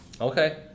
okay